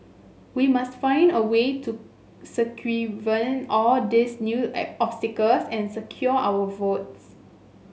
we must find a way to circumvent all these new obstacles and secure our votes